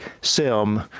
sim